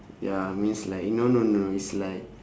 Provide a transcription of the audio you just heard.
ya means like no no no it's like